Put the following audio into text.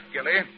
Gilly